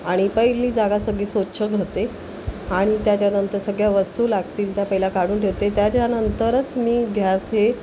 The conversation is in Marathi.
आणि पहिली जागा सगळी स्वच्छ घते आणि त्याच्यानंतर सगळ्या वस्तू लागतील त्या पहिला काढून ठेवते त्याच्यानंतरच मी गॅस हे